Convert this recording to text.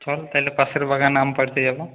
চল তা হলে পাশের বাগানে আম পাড়তে যাব